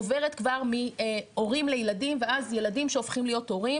עוברת כבר מהורים לילדים ואז ילדים שהופכים להיות הורים